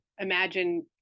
imagine